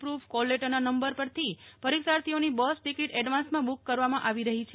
proof call લેટરના નંબર પરથી પરીક્ષાર્થીઓની બસ ટિકિટ એડવાન્સમાં બૂક કરવામાં આવી રહી છે